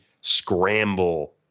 scramble